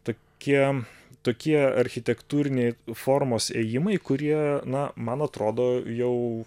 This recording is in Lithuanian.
tokie tokie architektūrinės formos ėjimai kurie na man atrodo jau